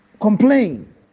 complain